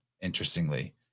Interestingly